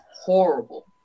horrible